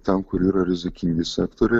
ten kur yra rizikingi sektoriai